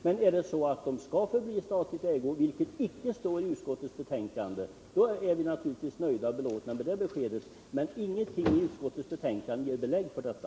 Men skall tvätterierna förbli i statlig ägo, vilket icke står i utskottets betänkande, då är vi naturligtvis nöjda och belåtna med det beskedet. Ingenting i utskottets betänkande ger emellertid belägg för detta.